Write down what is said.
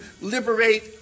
liberate